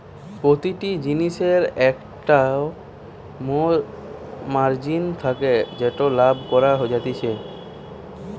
প্রতিটা জিনিসের একটো মোর মার্জিন থাকে যেটাতে লাভ করা যাতিছে